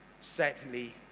Sadly